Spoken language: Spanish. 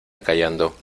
callando